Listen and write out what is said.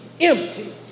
empty